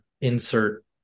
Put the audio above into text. insert